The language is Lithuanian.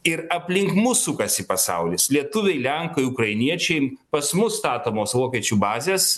ir aplink mus sukasi pasaulis lietuviai lenkai ukrainiečiai pas mus statomos vokiečių bazės